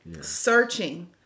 searching